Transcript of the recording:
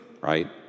right